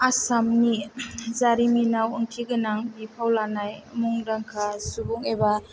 आसामनि जारिमिनाव ओंथि गोनां बिफाव लानाय मुंदांखा सुबुं एबा